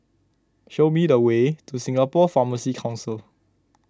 show me the way to Singapore Pharmacy Council